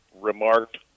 remarked